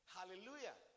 Hallelujah